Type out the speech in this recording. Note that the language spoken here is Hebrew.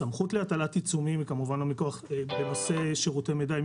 הסמכות להטלת עיצומים בנושא שירותי מידע היא